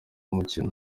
umukino